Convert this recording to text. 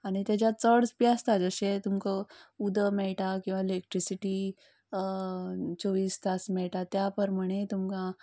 आनी तेज्या चड बी आसता जशें तुमकां उदक मेळटा किंवां इलेक्ट्रीसिटी चोवीस तास मेळटा त्या प्रमाणें